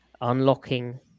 unlocking